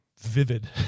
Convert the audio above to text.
Vivid